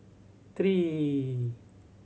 three